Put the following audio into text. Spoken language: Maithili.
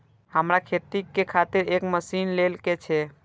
हमरा खेती के खातिर एक मशीन ले के छे?